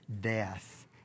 death